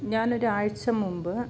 ഞാനൊരാഴ്ച്ച മുമ്പ്